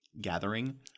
gathering